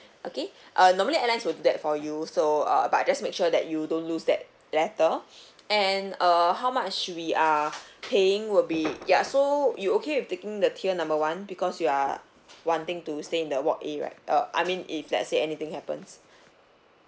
okay err normally airlines would do that for you so uh but just make sure that you don't lose that letter and err how much we are paying will be ya so you okay with taking the tier number one because you are wanting to stay in the ward A right uh I mean if let say anything happens